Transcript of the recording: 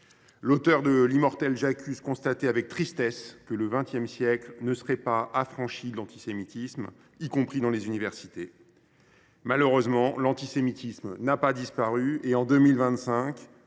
l’auteur de l’immortel « J’accuse… !» constatait alors avec amertume que le XX siècle ne serait pas affranchi de l’antisémitisme, y compris dans les universités. Malheureusement, l’antisémitisme n’a pas disparu depuis. En 2025,